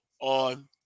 on